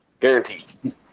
Guaranteed